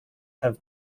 have